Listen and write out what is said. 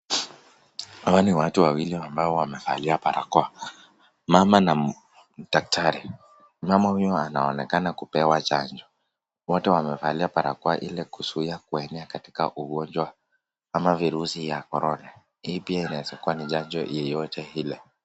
Hawa ni watu wawili ambao wamevalia parakoa mama na daktari, mama huyu anaonekana kupewa chanjo, wote wamevalia parakoa ili kuzuia kuenea katika ugonjwa ama virusi ya corona, hii pia inaweza kuwa ni chanjo yeyote ile.